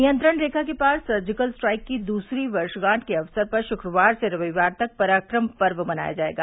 नियंत्रण रेखा के पार सर्जिकल स्ट्राइक की दूसरी वर्षगांठ के अवसर पर शुक्रवार से रविवार तक पराक्रम पर्व मनाया जाएगा